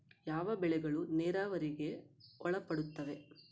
ಯಾವ ಬೆಳೆಗಳು ನೇರಾವರಿಗೆ ಒಳಪಡುತ್ತವೆ?